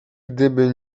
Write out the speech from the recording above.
gdyby